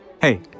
Hey